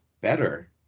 better